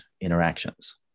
interactions